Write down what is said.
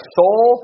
soul